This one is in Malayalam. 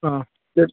ആ ശരി